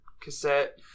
cassette